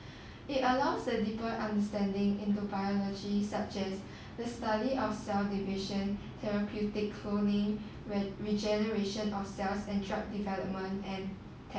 it allows a deeper understanding into biology such as the study of cell division therapeutic cloning with regeneration of cells and drug development and testing